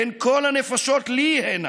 הן כל הנפשות לי הנה,